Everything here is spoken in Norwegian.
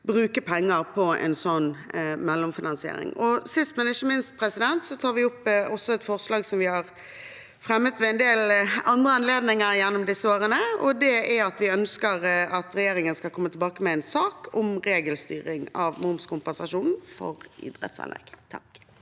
bruke penger på en mellomfinansiering. Sist, men ikke minst, tar vi også opp et forslag som vi har fremmet ved en del andre anledninger gjennom disse årene. Det er at vi ønsker at regjeringen skal komme tilbake med en sak om regelstyring av momskompensasjonen for idrettsanlegg.